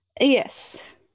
yes